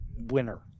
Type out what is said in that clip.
winner